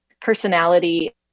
personality